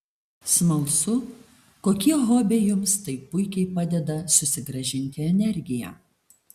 smalsu kokie hobiai jums taip puikiai padeda susigrąžinti energiją